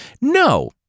No